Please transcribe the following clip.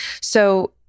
So-